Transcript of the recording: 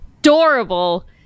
adorable